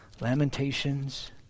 Lamentations